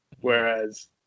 Whereas